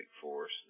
force